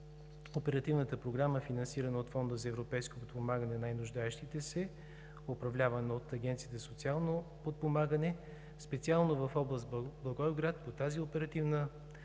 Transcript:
Оперативната програма, финансирана от Фонда за европейско подпомагане, за най-нуждаещите се лица, управлявана от Агенцията за социално подпомагане. Специално в област Благоевград по тази оперативна програма